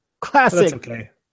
Classic